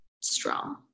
strong